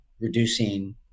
reducing